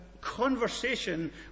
conversation